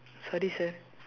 sorry sir